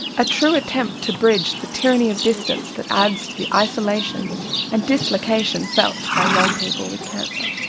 a true attempt to bridge the tyranny of distance that adds to the isolation and dislocation felt by young people with cancer.